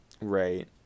Right